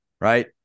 right